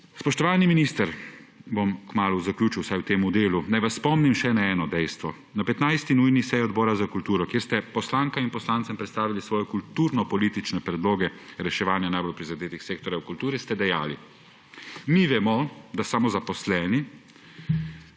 Spoštovani minister – kmalu bom zaključil, vsaj v tem delu – naj vas spomnim na še eno dejstvo. Na 15. nujni seji Odbora za kulturo, kjer ste poslankam in poslancem predstavili svoje kulturnopolitične predloge reševanja najbolj prizadetih sektorjev v kulturi, ste dejali: »Mi vemo, da samozaposleni